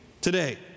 today